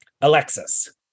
Alexis